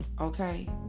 okay